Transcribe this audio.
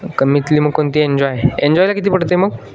कमीतली मग कोणती एन्जॉय एन्जॉयला किती पडते मग